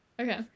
Okay